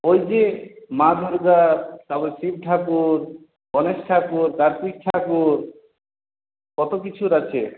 ওই যে মা দুর্গা তারপরে শিব ঠাকুর গণেশ ঠাকুর কার্তিক ঠাকুর কত কিছুর আছে